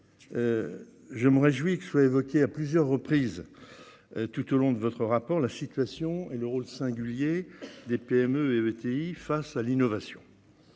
Je me réjouis que soient évoqués à plusieurs reprises tout au long du rapport d'information la situation et le rôle singulier des PME et des ETI face à l'innovation.